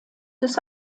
des